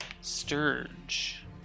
Sturge